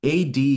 AD